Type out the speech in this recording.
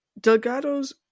Delgado's